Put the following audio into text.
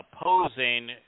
opposing